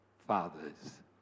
Fathers